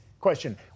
question